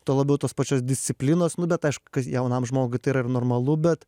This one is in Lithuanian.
tuo labiau tos pačios disciplinos nu bet aišku kas jaunam žmogui tai yra normalu bet